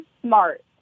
smart